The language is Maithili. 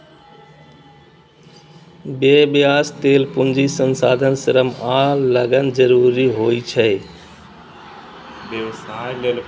व्यवसाय लेल पूंजी, संसाधन, श्रम आ लगन जरूरी होइ छै